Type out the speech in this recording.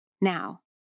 Now